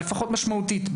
לפחות משמעותית,